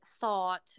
thought